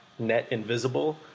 NetInvisible